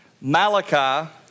Malachi